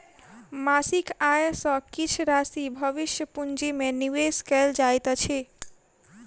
मासिक आय सॅ किछ राशि भविष्य पूंजी में निवेश कयल जाइत अछि